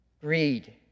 greed